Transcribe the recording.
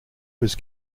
was